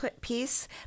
piece